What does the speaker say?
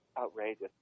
outrageous